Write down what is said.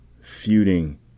feuding